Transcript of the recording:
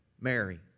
Mary